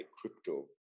crypto